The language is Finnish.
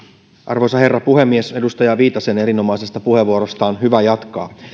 arvoisa herra puhemies edustaja viitasen erinomaisesta puheenvuorosta on hyvä jatkaa